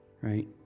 right